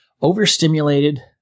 overstimulated